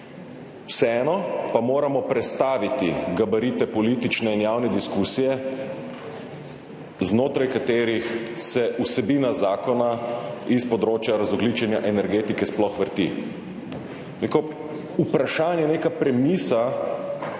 Vseeno pa moramo prestaviti gabarite politične in javne diskusije, znotraj katerih se vsebina zakona s področja razogljičenja energetike sploh vrti. Neko vprašanje, neka premisa